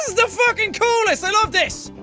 the fucking coolest! i love this!